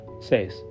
says